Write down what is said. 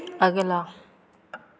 ਅਗਲਾ